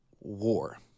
war